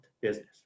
business